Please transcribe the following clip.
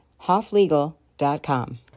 hofflegal.com